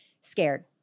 scared